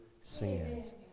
sins